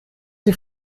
sie